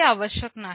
असे आवश्यक नाही